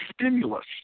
stimulus